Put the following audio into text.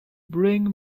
bring